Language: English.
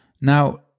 Now